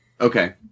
Okay